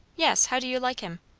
yes. how do you like him?